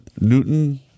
Newton